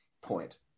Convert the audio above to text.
point